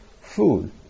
food